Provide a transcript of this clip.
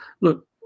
look